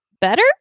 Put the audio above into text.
better